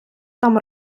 там